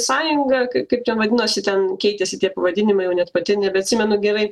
sąjunga kaip ten vadinosi ten keitėsi tie pavadinimai jau net pati nebeatsimenu gerai